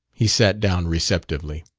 he sat down receptively.